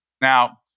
Now